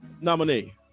nominee